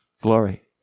glory